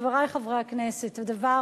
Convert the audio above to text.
חברי חברי הכנסת, הדבר